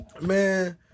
man